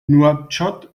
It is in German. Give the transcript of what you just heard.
nouakchott